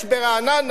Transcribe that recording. יש ברעננה,